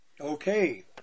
Okay